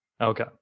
Okay